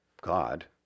God